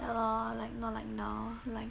ya lor like not like now like